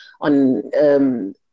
on